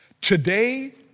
Today